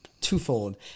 twofold